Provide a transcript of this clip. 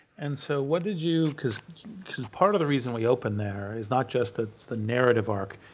and so what did you, cause cause part of the reason we open there is not just ah the narrative arc,